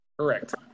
Correct